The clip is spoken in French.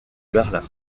berlin